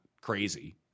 crazy